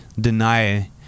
deny